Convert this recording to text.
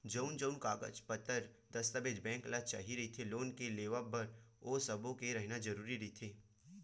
जउन जउन कागज पतर दस्ताबेज बेंक ल चाही रहिथे लोन के लेवब बर ओ सब्बो के रहिना जरुरी रहिथे